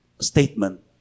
statement